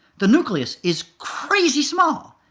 the nucleus is crazy small.